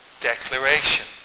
declaration